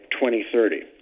2030